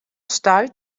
stuit